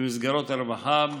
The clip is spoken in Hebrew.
במסגרות הרווחה,